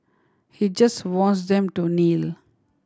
he just wants them to kneel